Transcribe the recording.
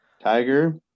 Tiger